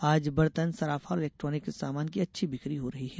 आज बर्तन सराफा और इलेक्ट्रॉनिक सामान की अच्छी बिकी हो रही है